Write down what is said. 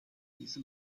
deze